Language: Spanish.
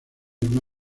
una